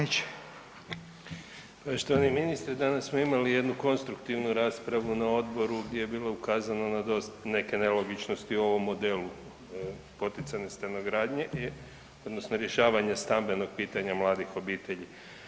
Poštovani ministre, danas smo imali jednu konstruktivnu raspravu na odboru gdje je bilo ukazano na neke nelogičnosti u ovom modelu poticajne stanogradnje odnosno rješavanje stambenog pitanja mladih obitelji.